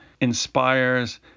inspires